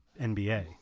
NBA